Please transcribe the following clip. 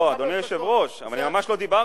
לא, אדוני היושב-ראש, אבל אני ממש לא דיברתי.